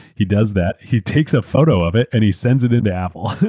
he does that, he takes a photo of it, and he sends it into apple,